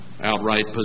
outright